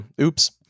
Oops